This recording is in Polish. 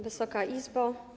Wysoka Izbo!